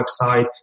website